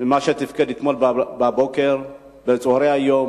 מכפי שתפקד אתמול בבוקר ובצהרי היום.